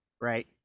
right